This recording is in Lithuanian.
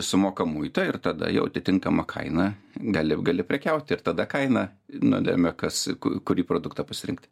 sumoka muitą ir tada jau atitinkamą kainą gali gali prekiauti ir tada kaina nulemia kas kurį produktą pasirinkt